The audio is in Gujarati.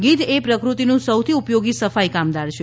ગીધ એપ્રકૃતિનું સૌથી ઉપયોગી સફાઈ કામદાર છે